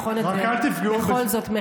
בכל זאת,